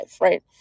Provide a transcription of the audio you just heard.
right